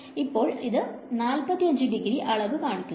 അപ്പോൾ ഇത് 45 ഡിഗ്രി അളവ് കാണിക്കുന്നു